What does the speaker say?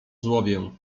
złowię